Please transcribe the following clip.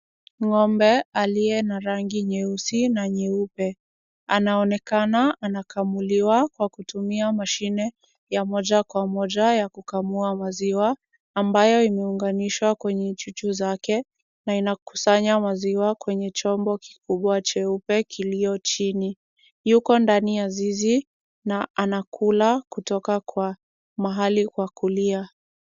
Ng'ombe aliye na rangi nyeusi na nyeupe, anaonekana anakamuliwa kwa kutumia mashine ya moja kwa moja ya kukamua maziwa, ambayo imeunganishwa kwenye chuchu zake, na inakusanya maziwa kwenye chombo kikubwa cheupe kilio chini. Yuko ndani ya zizi, na anakula kutoka kwa mahali kwa kulia.